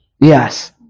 Yes